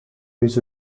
his